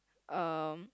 um